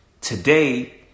today